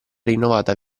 rinnovata